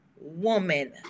woman